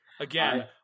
Again